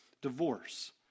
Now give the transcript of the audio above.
divorce